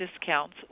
discounts